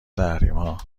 تحریما